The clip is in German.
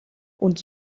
und